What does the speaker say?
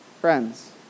Friends